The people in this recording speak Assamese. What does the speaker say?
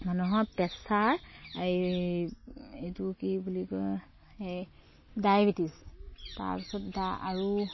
মানুহৰ প্ৰেছাৰ এই এইটো কি বুলি কয় এই ডায়বেটিছ তাৰপিছত আৰু